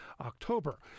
October